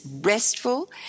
restful